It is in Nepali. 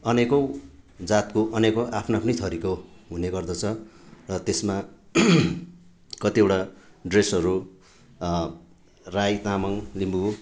अनेकौँ जातको अनेकौँ आफ्नो आफ्नै थरीको हुने गर्दछ र त्यसमा कतिवटा ड्रेसहरू राई तामाङ लिम्बू